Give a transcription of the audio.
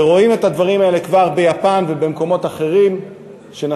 ורואים את הדברים כבר ביפן ובמקומות אחרים שבהם